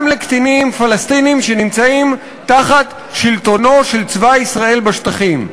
גם לקטינים פלסטינים שנמצאים תחת שלטונו של צבא ישראל בשטחים.